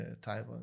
Taiwan